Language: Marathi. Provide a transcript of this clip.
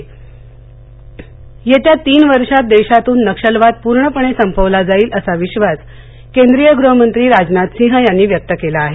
राजनाथ सिंह येत्या तीन वर्षात देशातून नक्षलवाद पूर्णपणे संपवला जाईल असा विश्वास केंद्रीय गृहमंत्री राजनाथ सिंह यांनी व्यक्त केला आहे